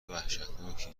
وحشتناکی